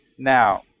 Now